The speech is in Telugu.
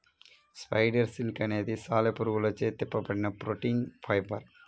స్పైడర్ సిల్క్ అనేది సాలెపురుగులచే తిప్పబడిన ప్రోటీన్ ఫైబర్